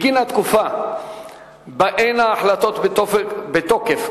בגין התקופה שבה ההחלטות בתוקף.